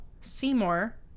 Seymour